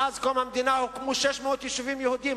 מאז קום המדינה הוקמו 600 יישובים יהודיים,